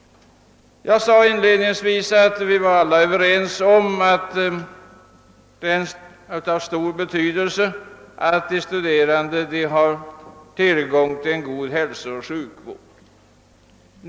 Jag sade inledningsvis att vi alla var överens om att det är av stor betydelse att de studerande har tillgång till en god hälsooch sjukvård.